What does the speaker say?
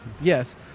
Yes